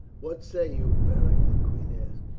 what say you, beric? the queen asked.